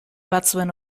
batzuen